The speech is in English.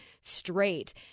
straight